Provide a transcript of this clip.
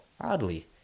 oddly